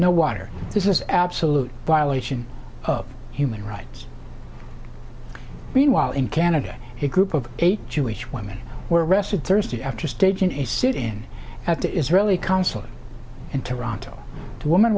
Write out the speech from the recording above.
no water this is absolute violation of human rights meanwhile in canada a group of eight jewish women were arrested thursday after staging a sit in at the israeli consulate and toronto two wom